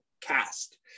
cast